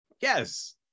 yes